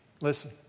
Listen